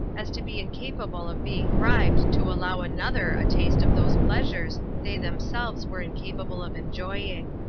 as to be incapable of being bribed to allow another a taste of those pleasures they themselves were incapable of enjoying.